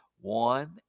one